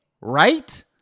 right